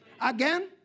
Again